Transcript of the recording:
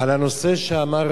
על הנושא שאמר